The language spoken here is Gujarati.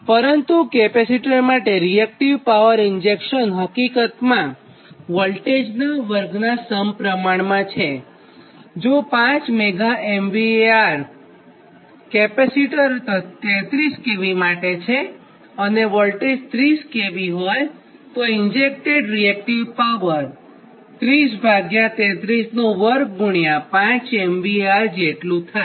પરંતુ કેપસિટર માટેરીએક્ટીવ પાવર ઇન્જેક્શન હકીકતમાં વોલ્ટેજનાં વર્ગનાં સમપ્રમાણમાં છે જો 5 Mega VAR કેપેસિટર 33 kV માટે છે અને વોલ્ટેજ 30 kV હોય તો ઇન્જેક્ટેડ રીએક્ટીવ પાવર5 MVAr જેટલું હશે